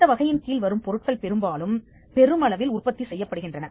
இந்த வகையின் கீழ் வரும் பொருட்கள் பெரும்பாலும் பெருமளவில் உற்பத்தி செய்யப்படுகின்றன